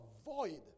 avoid